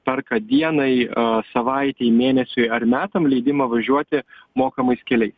perka dienai a savaitei mėnesiui ar metam leidimą važiuoti mokamais keliais